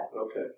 Okay